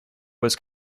was